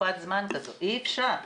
בתקופת הקורונה הקמנו מוקדים נוספים